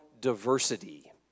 diversity